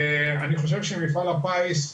אני חושב שמפעל הפיס,